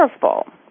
powerful